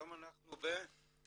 היום אנחנו בדצמבר.